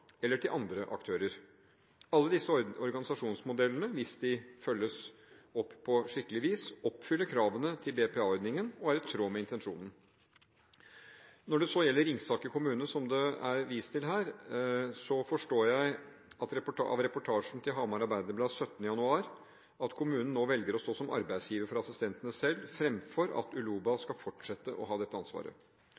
eller til andre aktører. Hvis de følges opp på skikkelig vis, oppfyller alle disse organisasjonsmodellene kravene til BPA-ordningen og er i tråd med intensjonen. Når det gjelder Ringsaker kommune, som det er vist til her, forstår jeg av reportasjen til Hamar Arbeiderblad 17. januar at kommunen nå velger å stå som arbeidsgiver for assistentene selv, fremfor at Uloba